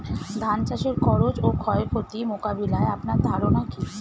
ধান চাষের খরচ ও ক্ষয়ক্ষতি মোকাবিলায় আপনার ধারণা কী?